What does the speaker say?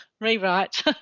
rewrite